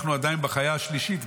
אנחנו עדיין בחיה השלישית,